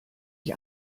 ich